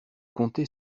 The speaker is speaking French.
comté